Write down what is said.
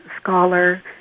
scholar